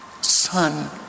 son